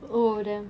oh damn